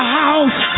house